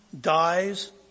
dies